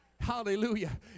Hallelujah